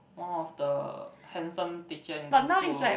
one of the handsome teacher in the school